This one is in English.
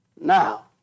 Now